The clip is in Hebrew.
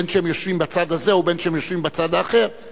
בין שהם יושבים בצד הזה ובין שהם יושבים בצד האחר,